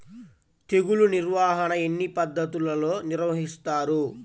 తెగులు నిర్వాహణ ఎన్ని పద్ధతులలో నిర్వహిస్తారు?